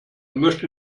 möchte